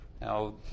Now